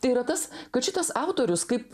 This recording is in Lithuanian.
tai yra tas kad šitas autorius kaip